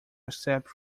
accept